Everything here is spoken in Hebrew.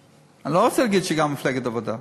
אני לא רוצה להגיד שגם מפלגת העבודה.